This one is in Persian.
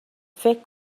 فکر